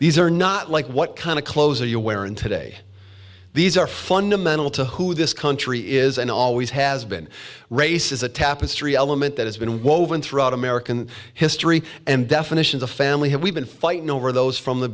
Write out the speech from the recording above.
these are not like what kind of clothes are you wearing today these are fundamental to who this country is and always has been race is a tapestry element that has been woven throughout american history and definitions of family and we've been fighting over those from the